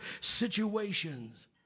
situations